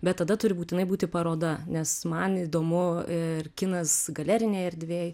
bet tada turi būtinai būti paroda nes man įdomu ir kinas galerinėj erdvėj